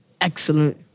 excellent